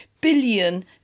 billion